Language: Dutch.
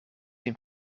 een